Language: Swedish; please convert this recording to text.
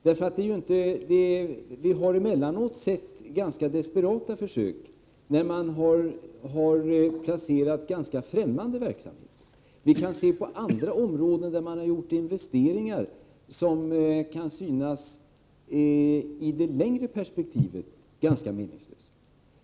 Emellanåt har vi sett ganska desperata försök på andra områden, när man har placerat ut ganska främmande verksamheter. Det har gjorts investeringar som kan synas, i det längre perspektivet, ganska meningslösa.